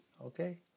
okay